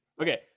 Okay